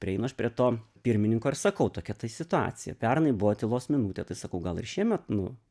prieinu aš prie to pirmininko ir sakau tokia tai situacija pernai buvo tylos minutė tai sakau gal ir šiemet nu